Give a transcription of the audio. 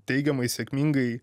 teigiamai sėkmingai